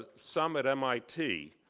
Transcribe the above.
ah some at mit,